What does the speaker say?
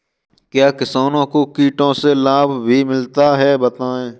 क्या किसानों को कीटों से लाभ भी मिलता है बताएँ?